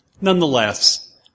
Nonetheless